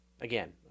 Again